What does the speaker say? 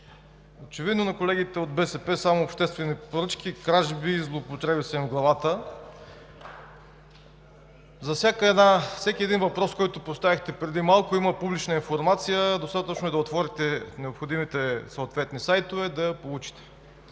Очевидно на колегите от БСП само обществени поръчки, кражби и злоупотреби са им в главите. За всеки един въпрос, който поставихте преди малко, има публична информация и е достатъчно да отворите необходимите сайтове, за да я получите.